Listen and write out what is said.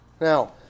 Now